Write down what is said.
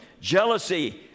jealousy